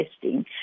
testing